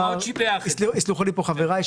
יסלחו לי פה חבריי,